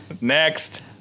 Next